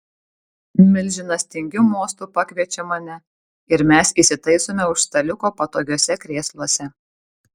milžinas tingiu mostu pakviečia mane ir mes įsitaisome už staliuko patogiuose krėsluose